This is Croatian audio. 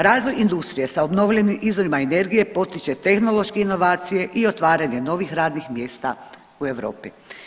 Razvoj industrije sa obnovljivim izvorima energije potiče tehnološke inovacije i otvaranje novih radnih mjesta u Europi.